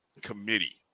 committee